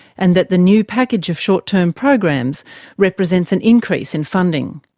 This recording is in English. and that the new package of short-term programs represents an increase in funding.